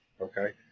okay